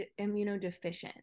immunodeficient